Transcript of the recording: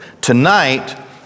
Tonight